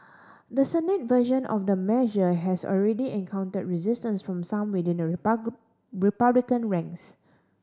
the Senate version of the measure has already encountered resistance from some within the Republican ranks